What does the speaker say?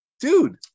Dude